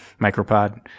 micropod